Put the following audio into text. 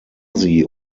sie